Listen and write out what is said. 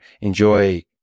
Enjoy